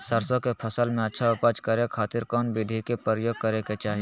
सरसों के फसल में अच्छा उपज करे खातिर कौन विधि के प्रयोग करे के चाही?